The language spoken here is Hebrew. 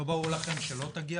לא ברור לכם שלא תגיע